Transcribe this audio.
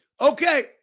Okay